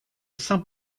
saint